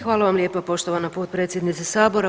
Hvala vam lijepo poštovana potpredsjednice sabora.